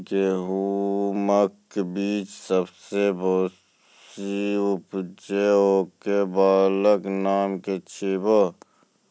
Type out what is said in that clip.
गेहूँमक बीज सबसे बेसी उपज होय वालाक नाम की छियै?